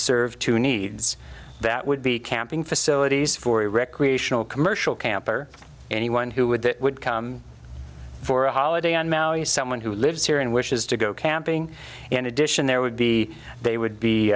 serve two needs that would be camping facilities for a recreational commercial camp or anyone who would that would come for a holiday on maui someone who lives here and wishes to go camping in addition there would be they would be